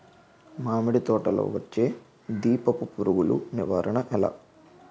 మామిడి తోటలో వచ్చే దీపపు పురుగుల నివారణ ఎలా?